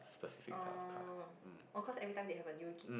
oh oh cause every time they have a new kid